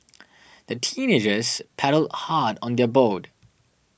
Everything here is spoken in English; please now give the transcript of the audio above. the teenagers paddled hard on their boat